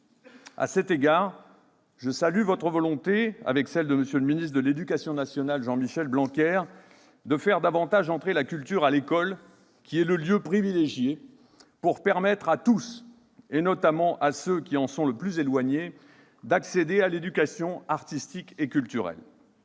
À cet égard, je salue votre volonté et celle de M. Jean-Michel Blanquer, ministre de l'éducation nationale, de faire davantage entrer la culture à l'école, qui est le lieu privilégié pour permettre à tous, notamment à ceux qui en sont le plus éloignés, d'accéder à l'éducation artistique et culturelle.